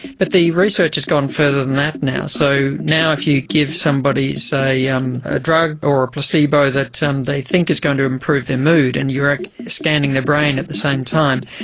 but the research has gone further than that now. so now if you give somebody, say, yeah um a drug or a placebo that um they think is going to improve their mood and you are scanning their brain at the same time,